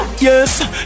Yes